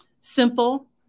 simple